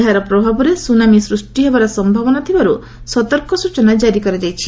ଏହାର ପ୍ରଭାବରେ ସୁନାମୀ ସୃଷ୍ଟି ହେବାର ସମ୍ଭାବନା ଥିବାରୁ ସତର୍କ ସୂଚନା କାରି କରାଯାଇଛି